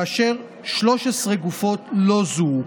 כאשר 13 גופות לא זוהו.